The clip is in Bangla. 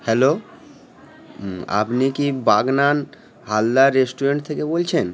হ্যালো আপনি কি বাগনান হালদার রেস্টুরেন্ট থেকে বলছেন